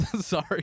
sorry